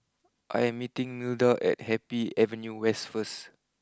I am meeting Milda at Happy Avenue West first